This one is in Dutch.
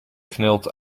knelt